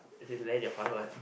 just say lend your father one